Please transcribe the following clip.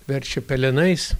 verčia pelenais